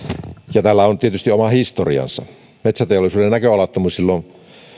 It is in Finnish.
ja tällä on tietysti oma historiansa metsäteollisuuden näköalattomuus silloin